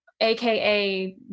AKA